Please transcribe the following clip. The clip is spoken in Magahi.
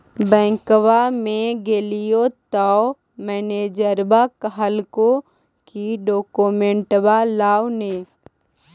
बैंकवा मे गेलिओ तौ मैनेजरवा कहलको कि डोकमेनटवा लाव ने?